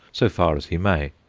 so far as he may.